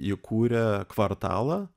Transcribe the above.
įkūrė kvartalą